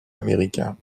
américain